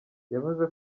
yavuze